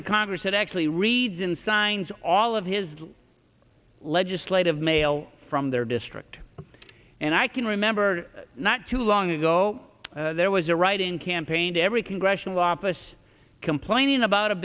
of congress that actually reads in signs all of his legislative mail from their district and i can remember not too long ago there was a write in campaign to every congressional office complaining about a